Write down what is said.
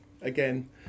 again